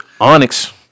Onyx